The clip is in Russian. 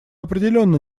определенно